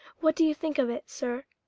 what do you think of it, sir?